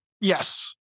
yes